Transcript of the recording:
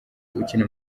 ukina